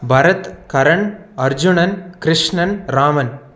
Bharat Karan Arjunan Krishnan Raman